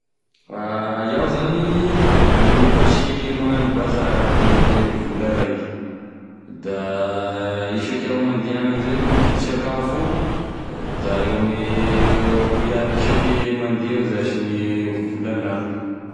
Iaho zany inefatry magnano bazary agnatine vola raiky, da isaky iaho mandeha any amizay mividy sakafo io da eo ame roy aly isake mandeha eo zashy gne vola laniko.